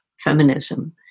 feminism